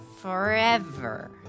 forever